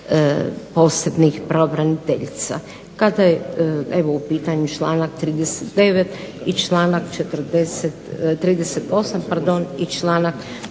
posebnih pravobraniteljica. Kada je evo u pitanju članak 38. i članak 44., no